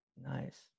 Nice